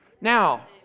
Now